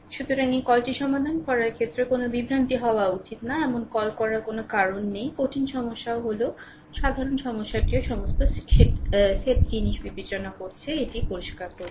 সুতরাং এই কলটি সমাধান করার ক্ষেত্রে কোনও বিভ্রান্তি হওয়া উচিত নয় এমন কল করার কোনও কারণ নেই কঠিন সমস্যাও হল সাধারণ সমস্যাটি সমস্ত সেট জিনিস বিবেচনা করছে এটি পরিষ্কার করুন